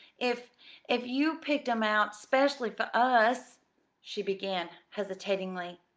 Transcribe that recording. if if you picked em out specially for us she began hesitatingly,